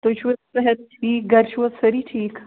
تُہۍ چھُو حظ صحت ٹھیٖک گَرِ چھُوا سٲری ٹھیٖک